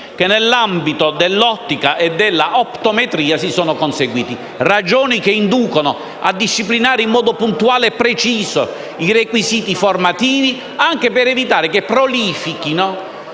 che nell'ambito dell'ottica e dell'optometria sono stati conseguiti. Tali ragioni inducono a disciplinare in modo puntuale e preciso i requisiti formativi, anche per evitare che prolifichino